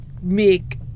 make